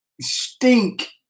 stink